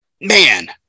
man